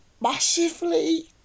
massively